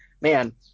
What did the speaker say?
man